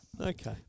Okay